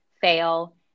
fail